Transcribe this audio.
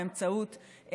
באמצעות,